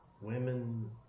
Women